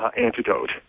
antidote